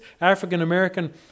African-American